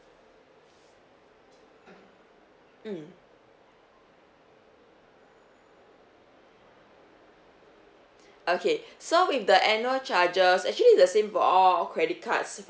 mm okay so with the annual charges actually it's the same for all credit cards